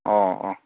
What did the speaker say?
ꯑꯣ ꯑꯣ